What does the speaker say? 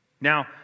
Now